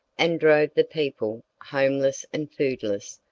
and drove the people, homeless and foodless,